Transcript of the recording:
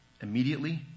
Immediately